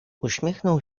uśmiechnął